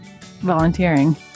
volunteering